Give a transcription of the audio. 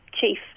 chief